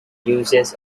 uses